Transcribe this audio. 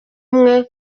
umwe